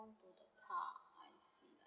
comes with the car I see